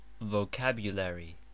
Vocabulary